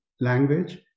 language